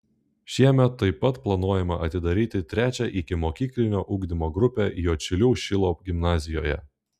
šiemet taip pat planuojama atidaryti trečią ikimokyklinio ugdymo grupę juodšilių šilo gimnazijoje